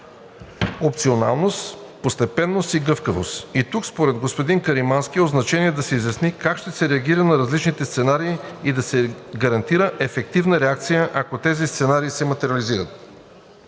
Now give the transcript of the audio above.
опционалност, постепенност и гъвкавост. И тук според господин Каримански е от значение да се изясни как ще се реагира на различните сценарии и да се гарантира ефективната реакция, ако тези сценарии се материализират.